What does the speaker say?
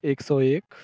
एक सौ एक